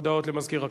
הודעות למזכיר הכנסת.